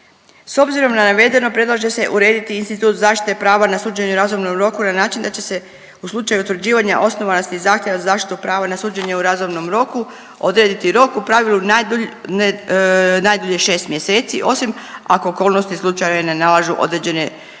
S obzirom na navedeno predlaže se urediti institut zaštite prava na suđenje u razumnom roku na način da će se u slučaju utvrđivanja osnovanosti zahtjeva za zaštitu prava na suđenje u razumnom roku odrediti rok u pravili najdulji, najdulje 6 mjeseci osim ako okolnosti slučaja ne nalažu određene,